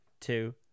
two